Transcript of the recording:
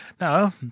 Now